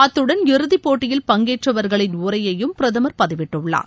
அத்துடன் இறுதி போட்டியில் பங்கேற்றவர்களின் உரையையும் பிரதமர் பதிவிட்டுள்ளார்